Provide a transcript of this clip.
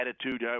attitude